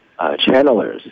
channelers